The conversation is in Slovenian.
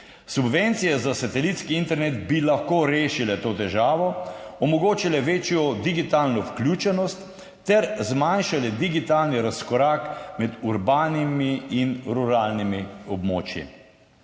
Subvencije za satelitski internet bi lahko rešile to težavo, omogočile večjo digitalno vključenost ter zmanjšale digitalni razkorak med urbanimi in ruralnimi območji.